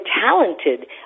talented